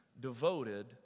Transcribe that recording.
devoted